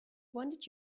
wanted